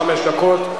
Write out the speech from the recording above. חמש דקות.